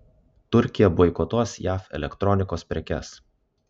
turkija boikotuos jav elektronikos prekes